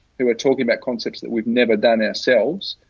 who are talking about concepts that we've never done ourselves,